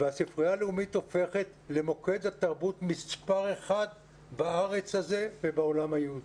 הספרייה הלאומית הופכת למוקד התרבות מספר אחד בארץ הזו ובעולם היהודי.